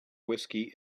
whiskey